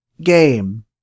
game